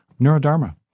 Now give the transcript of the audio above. Neurodharma